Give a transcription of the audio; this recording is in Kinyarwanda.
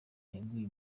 yabwiye